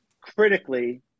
critically